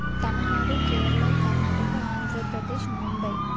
Tamil Nadu Kerala Karnataka Andhra Pradesh Mumbai